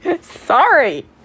Sorry